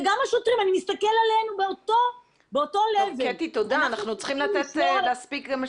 וגם השוטרים אני מסתכלת עליהם באותו לבל צריכים לשמור על